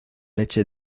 leche